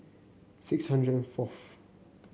six hundred and fourth